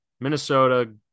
Minnesota